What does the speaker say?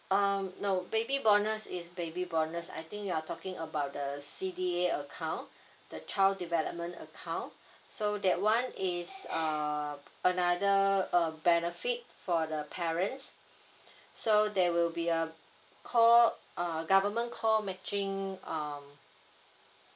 um no baby bonus is baby bonus I think you're talking about the C_D_A account the child development account so that one is uh another uh benefit for the parents so there will be a call uh government call matching um